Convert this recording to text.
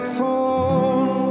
torn